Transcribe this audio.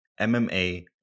MMA